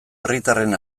herritarren